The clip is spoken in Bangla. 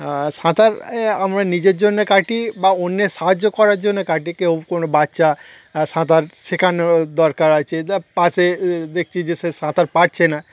সাঁতার আমরা নিজের জন্য কাটি বা অন্যের সাহায্য করার জন্য কাটি কেউ কোনো বাচ্চা সাঁতার শেখানোর দরকার আছে পাশে দেখছি যে সে সাঁতার পাছে না